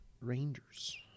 Rangers